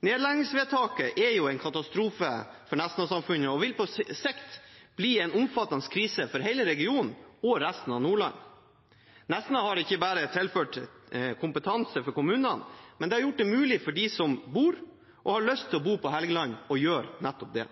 Nedleggingsvedtaket er en katastrofe for Nesna-samfunnet og vil på sikt bli en omfattende krise for hele regionen og resten av Nordland. Nesna har ikke bare tilført kompetanse for kommunene, men har gjort det mulig for dem som bor og har lyst til å bo på Helgeland, å gjøre nettopp det.